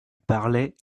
parlaient